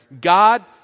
God